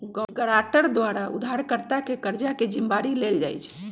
guarantor द्वारा उधारकर्ता के कर्जा के जिम्मदारी लेल जाइ छइ